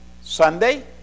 Sunday